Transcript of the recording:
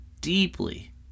deeply